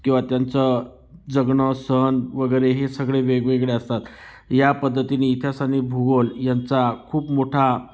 किंवा त्यांचं जगणं सण वगैरे हे सगळे वेगवेगळे असतात या पद्धतीने इतिहास आणि भूगोल यांचा खूप मोठा